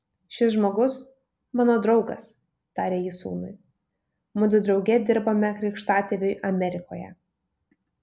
šis žmogus mano draugas tarė jis sūnui mudu drauge dirbome krikštatėviui amerikoje